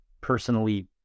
personally